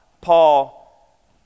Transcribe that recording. Paul